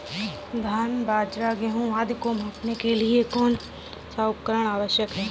धान बाजरा गेहूँ आदि को मापने के लिए कौन सा उपकरण होना आवश्यक है?